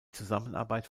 zusammenarbeit